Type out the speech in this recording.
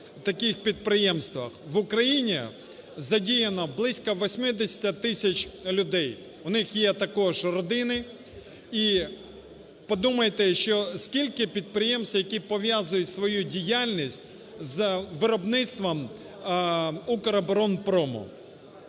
В Україні задіяно близько 80 тисяч людей, у них є також родини. І подумайте, ще скільки підприємств, які пов'язують свою діяльність з виробництвом "Укроборонпрому"?!